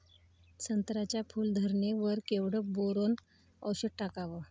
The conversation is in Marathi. संत्र्याच्या फूल धरणे वर केवढं बोरोंन औषध टाकावं?